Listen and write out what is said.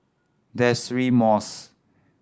Deirdre Moss